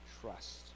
trust